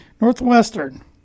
northwestern